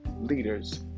leaders